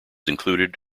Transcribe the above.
included